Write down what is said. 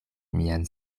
mian